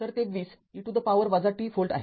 तर ते २० e to the power t volt आहे